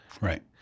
Right